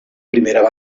primera